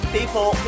People